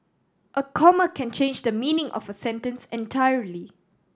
a comma can change the meaning of a sentence entirely